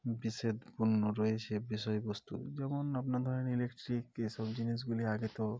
বিদ্বেষপূর্ণ রয়েছে বিষয়বস্তু যেমন আপনার ধরুন ইলেকট্রিক এসব জিনিসগুলো আগে তো